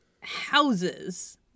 houses